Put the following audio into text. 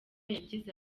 yagize